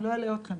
לא אלאה אתכם,